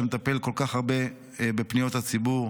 שמטפל כל כך הרבה בפניות הציבור.